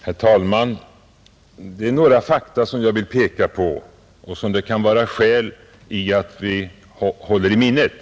Herr talman! Det är några fakta som jag vill peka på och som det kan vara skäl att hålla i minnet.